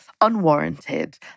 unwarranted